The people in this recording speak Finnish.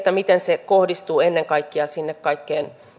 miten se kohdistuu ennen kaikkea sinne kaikkein